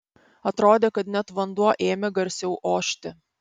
atrodė kad net vanduo ėmė garsiau ošti